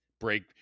Break